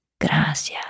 Gracias